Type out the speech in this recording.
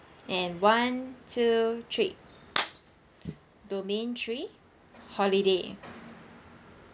and one two three domain three holiday